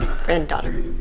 Granddaughter